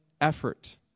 Effort